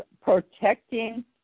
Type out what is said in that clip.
protecting